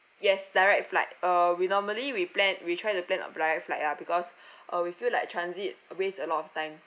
yes direct flight uh we normally we planned we try to plan a direct flight ya because uh we feel like transit waste a lot of time